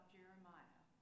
Jeremiah